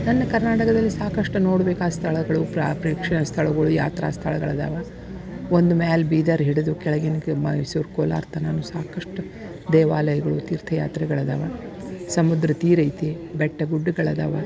ನನ್ನ ಕರ್ನಾಟಕದಲ್ಲಿ ಸಾಕಷ್ಟು ನೋಡ್ಬೇಕಾದ ಸ್ಥಳಗಳು ಪ್ರಾ ಪ್ರೇಕ್ಷಣ ಸ್ಥಳಗಳು ಯಾತ್ರಾ ಸ್ಥಳಗಳದಾವ ಒಂದು ಮೇಲ್ ಬೀದರ್ ಹಿಡಿದು ಕೆಳಗಿನ ಮೈಸೂರು ಕೋಲಾರ ತನಕ ಸಾಕಷ್ಟು ದೇವಾಲಯಗಳು ತೀರ್ಥಯಾತ್ರೆಗಳದಾವ ಸಮುದ್ರ ತೀರೈತಿ ಬೆಟ್ಟ ಗುಡ್ಡಗಳದಾವ